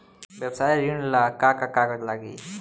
व्यवसाय ऋण ला का का कागज लागी?